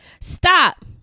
stop